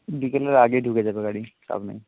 বিকেলের আগেই ঢুকে যাবে গাড়ি চাপ নেই